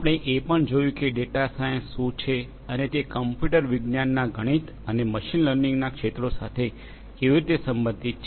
આપણે એ પણ જોયું છે કે ડેટા સાયન્સ શું છે અને તે કમ્પ્યુટર વિજ્ઞાનના ગણિત અને મશીન લર્નિંગના ક્ષેત્રો સાથે કેવી રીતે સંબંધિત છે